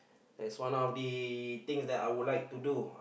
that's one of the thing I would like to do